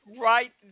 right